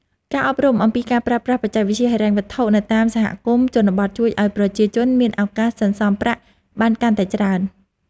ការអប់រំអំពីការប្រើប្រាស់បច្ចេកវិទ្យាហិរញ្ញវត្ថុនៅតាមសហគមន៍ជនបទជួយឱ្យប្រជាជនមានឱកាសសន្សំប្រាក់បានកាន់តែច្រើន។